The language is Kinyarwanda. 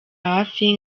hafi